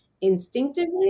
instinctively